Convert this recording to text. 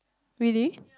really